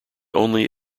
only